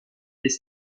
des